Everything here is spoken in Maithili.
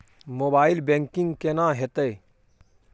मोबाइल बैंकिंग केना हेते?